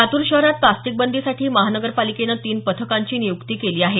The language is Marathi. लातूर शहरात प्लास्टिक बंदीसाठी महानगरपालिकेनं तीन पथकांची नियुक्ती केली आहे